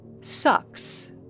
sucks